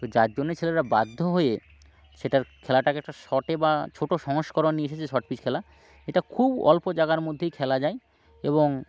তো যার জন্য ছেলেরা বাধ্য হয়ে সেটার খেলাটাকে একটা শর্টে বা ছোটো সংস্করণ নিয়ে এসেছে শর্ট পিচ খেলা যেটা খুব অল্প জায়গার মধ্যেই খেলা যায় এবং